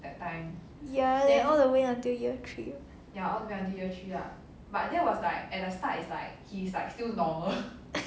ya then all the way until year three